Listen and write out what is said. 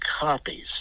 copies